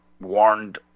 warned